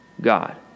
God